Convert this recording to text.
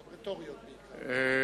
הן רטוריות בעיקר.